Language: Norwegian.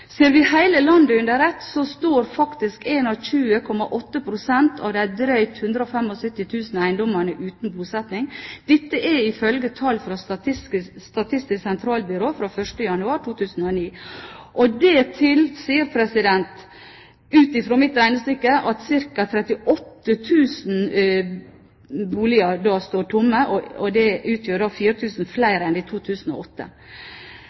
Ser vi hele landet under ett, står faktisk 21,8 pst. av de drøyt 175 000 eiendommene uten bosetting, dette ifølge tall fra Statistisk sentralbyrå fra 1. januar 2009. Det tilsier ut ifra mitt regnestykke at ca. 38 000 boliger står tomme, og det utgjør